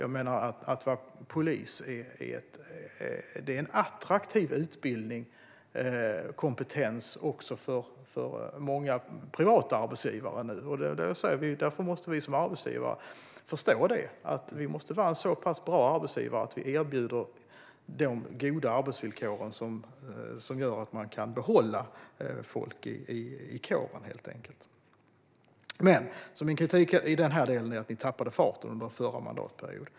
Polisutbildningen är en attraktiv utbildning som även ger kompetens att arbeta hos många privata arbetsgivare. Därför måste vi förstå att vi måste erbjuda så goda arbetsvillkor att man kan behålla folk i kåren. Min kritik i den här delen är att ni tappade fart under förra mandatperioden.